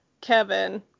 Kevin